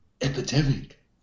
epidemic